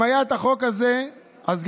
אם היה החוק הזה אז,